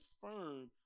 firm